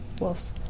Wolves